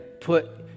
put